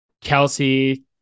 Kelsey